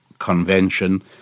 convention